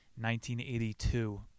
1982